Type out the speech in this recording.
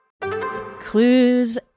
Clues